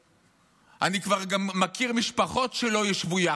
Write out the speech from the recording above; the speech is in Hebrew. אני כבר מכיר משפחות שגם לא ישבו יחד,